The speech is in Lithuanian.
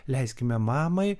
leiskime mamai